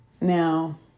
Now